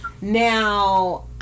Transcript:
now